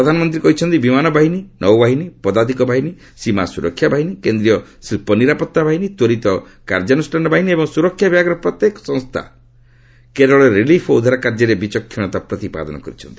ପ୍ରଧାନମନ୍ତ୍ରୀ କହିଛନ୍ତି ବିମାନ ବାହିନୀ ନୌବାହିନୀ ପଦାତିକ ବାହିନୀ ସୀମା ସ୍ୱରକ୍ଷା ବାହିନୀ କେନ୍ଦ୍ରୀୟ ଶିଳ୍ପ ନିରାପଭା ବାହିନୀ ତ୍ୱରିତ କାର୍ଯ୍ୟାନୃଷ୍ଣାନ ବାହିନୀ ଏବଂ ସୁରକ୍ଷା ବିଭାଗର ପ୍ରତ୍ୟେକ ସଂସ୍ଥା କେରଳରେ ରିଲିଫ୍ ଓ ଉଦ୍ଧାର କାର୍ଯ୍ୟରେ ବିଚକ୍ଷଣତା ପ୍ରତିପାଦନ କରିଛନ୍ତି